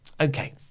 Okay